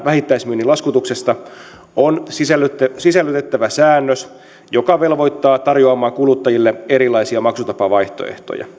vähittäismyynnin laskutuksesta on sisällytettävä sisällytettävä säännös joka velvoittaa tarjoamaan kuluttajille erilaisia maksutapavaihtoehtoja